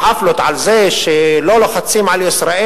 "חאפלות" על זה שלא לוחצים על ישראל